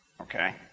okay